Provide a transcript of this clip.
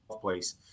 place